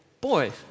boy